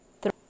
three